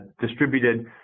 distributed